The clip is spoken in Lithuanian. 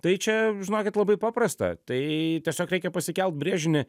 tai čia žinokit labai paprasta tai tiesiog reikia pasikelt brėžinį